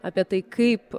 apie tai kaip